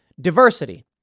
diversity